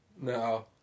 No